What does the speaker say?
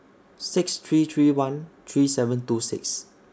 six three three one three seven two six